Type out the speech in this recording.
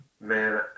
man